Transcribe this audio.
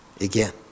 Again